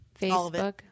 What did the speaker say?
Facebook